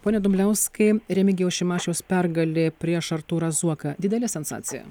pone dumbliauskai remigijaus šimašiaus pergalė prieš artūrą zuoką didelė sensacija